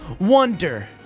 wonder